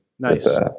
Nice